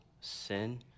sin